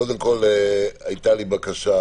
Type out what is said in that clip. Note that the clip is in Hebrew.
הייתה לי בקשה